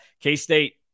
K-State